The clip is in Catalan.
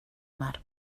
mar